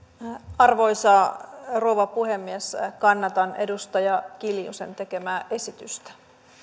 arvoisa rouva puhemies kannatan edustaja kiljusen tekemää esitystä